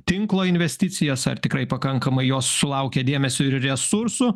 tinklą investicijas ar tikrai pakankamai jos sulaukia dėmesio ir resursų